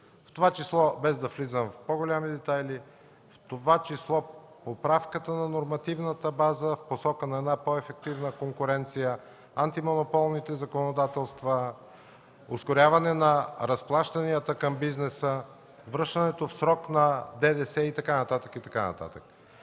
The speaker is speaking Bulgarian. в това число – без да влизам в по-големи детайли – поправката на нормативната база в посока на по-ефективна конкуренция, антимонополните закони, ускоряване на разплащанията към бизнеса, връщането в срок на ДДС и така нататък, и така нататък.